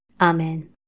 Amen